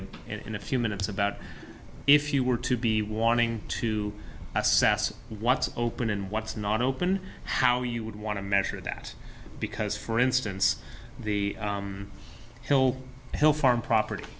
and in a few minutes about if you were to be wanting to assess what's open and what's not open how you would want to measure that because for instance the hill hill farm property